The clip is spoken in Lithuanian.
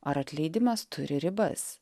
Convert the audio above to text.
ar atleidimas turi ribas